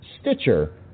Stitcher